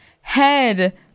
head